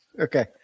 Okay